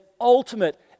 ultimate